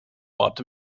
ort